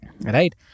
right